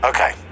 Okay